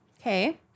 Okay